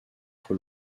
être